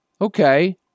Okay